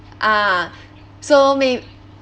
ah so maybe